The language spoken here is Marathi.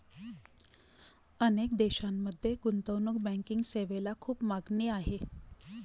अनेक देशांमध्ये गुंतवणूक बँकिंग सेवेला खूप मागणी आहे